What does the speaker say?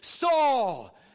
Saul